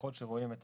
ככל שרואים את